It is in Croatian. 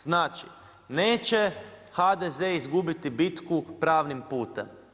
Znači, neće HDZ izgubiti bitku pravnim putem.